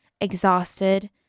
exhausted